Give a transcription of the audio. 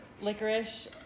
licorice